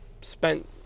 spent